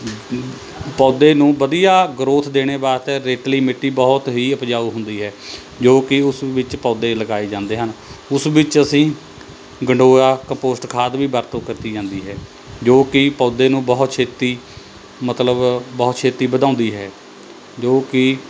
ਪੌਦੇ ਨੂੰ ਵਧੀਆ ਗ੍ਰੋਥ ਦੇਣੇ ਵਾਸਤੇ ਰੇਤਲੀ ਮਿੱਟੀ ਬਹੁਤ ਹੀ ਉਪਜਾਊ ਹੁੰਦੀ ਹੈ ਜੋ ਕਿ ਉਸ ਵਿੱਚ ਪੌਦੇ ਲਗਾਏ ਜਾਂਦੇ ਹਨ ਉਸ ਵਿੱਚ ਅਸੀਂ ਗੰਡੋਆ ਕਪੋਸਟ ਖਾਦ ਵੀ ਵਰਤੋਂ ਕੀਤੀ ਜਾਂਦੀ ਹੈ ਜੋ ਕਿ ਪੌਦੇ ਨੂੰ ਬਹੁਤ ਛੇਤੀ ਮਤਲਬ ਬਹੁਤ ਛੇਤੀ ਵਧਾਉਂਦੀ ਹੈ ਜੋ ਕਿ